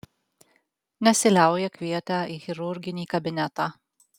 nesiliauja kvietę į chirurginį kabinetą